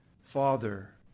Father